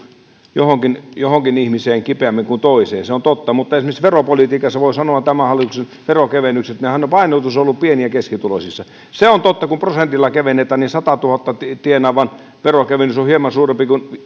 johonkin johonkin ihmiseen kipeämmin kuin toiseen se on totta mutta esimerkiksi veropolitiikassa voi sanoa että tämän hallituksen veronkevennyksillähän painotus on ollut pieni ja keskituloisissa se on totta että kun prosentilla kevennetään niin sadantuhannen tienaavan veronkevennys on hieman suurempi